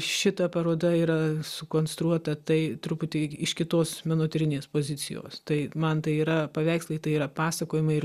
šita paroda yra sukonstruota tai truputį iš kitos menotyrinės pozicijos tai man tai yra paveikslai tai yra pasakojimai ir